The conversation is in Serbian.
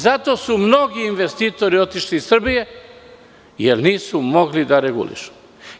Zato su mnogi investitori otišli iz Srbije, jer nisu mogli da regulišu.